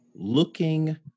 looking